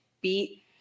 beat